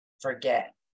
forget